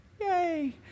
Yay